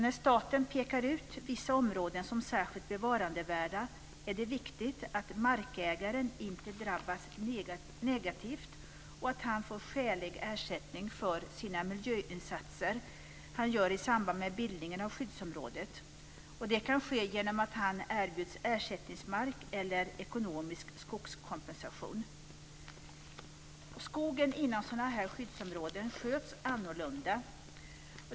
När staten pekar ut vissa områden som särskilt bevarandevärda är det viktigt att markägaren inte drabbas negativt, och att han får skälig ersättning för de miljöinsatser han gör i samband med bildningen av skyddsområdet. Det kan ske genom att han erbjuds ersättningsmark eller ekonomisk skogskompensation. Skogen inom sådana här skyddsområden sköts annorlunda.